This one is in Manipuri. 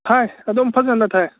ꯊꯥꯏ ꯑꯗꯨꯝ ꯐꯖꯅ ꯊꯥꯏ